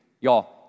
y'all